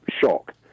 shock